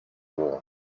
war